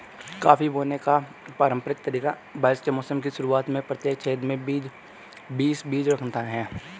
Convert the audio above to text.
coffee बोने का पारंपरिक तरीका बारिश के मौसम की शुरुआत में प्रत्येक छेद में बीस बीज रखना है